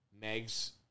Meg's